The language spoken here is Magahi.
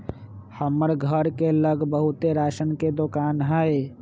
हमर घर के लग बहुते राशन के दोकान हई